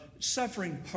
suffering